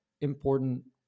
important